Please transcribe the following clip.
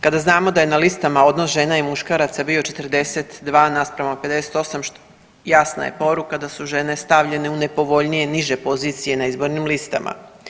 Kada znamo da je na listama odnos žena i muškaraca bio 42 nasprama 58 jasna je poruka da su žene stavljene u nepovoljnije niže pozicije na izbornim listama.